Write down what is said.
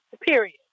period